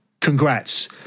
congrats